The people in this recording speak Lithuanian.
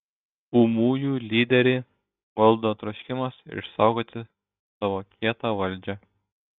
ūmųjų lyderį valdo troškimas išsaugoti savo kietą valdžią